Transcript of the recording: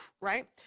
right